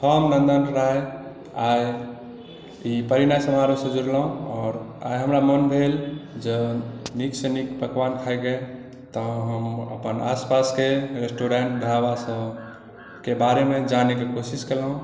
हम नन्दन राय आइ ई पहिनेसँ समारोह सँ जुड़लहुँ आओर आइ हमरा मन भेल जँ नीकसँ नीक पकवान खाइके तऽ हम अपन आसपासके रेस्टोरेन्ट ढाबा सभ केँ बारेमे जानैके कोशिश केलहुँ